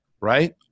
right